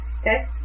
Okay